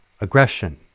aggression